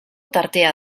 tartea